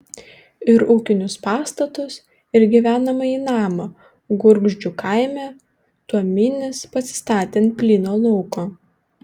ir ūkinius pastatus ir gyvenamąjį namą gurgždžių kaime tuominis pasistatė ant plyno lauko